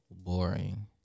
boring